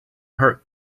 hurt